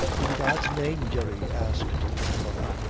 in god's name, jerry, asked her mother,